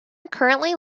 currently